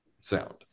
sound